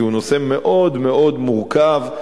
כי הוא נושא מאוד מאוד מורכב,